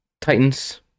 Titans